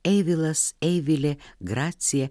eivilas eivilė gracija